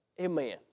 Amen